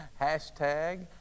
Hashtag